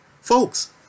Folks